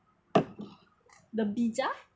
the bija